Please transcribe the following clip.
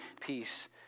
peace